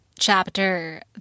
Chapter